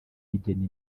rigena